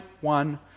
one